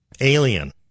Alien